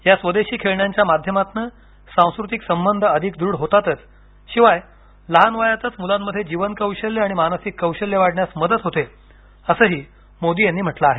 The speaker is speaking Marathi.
या स्वदेशी खेळण्यांच्या माध्यमातून सांस्कृतिक संबध अधिक दृढ होतातच शिवाय लहान वयातच मुलांमध्ये जीवन कौशल्य आणि मानसिक कौशल्य वाढण्यास मदत होते असंही मोदी यांनी म्हटलं आहे